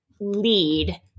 lead